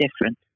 different